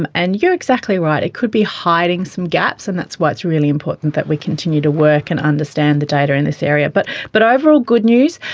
and and you're exactly right, it could be hiding some gaps and that's why it's really important that we continue to work and understand the data in this area. but but overall good news.